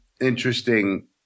interesting